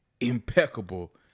Impeccable